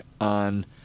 on